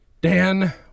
Dan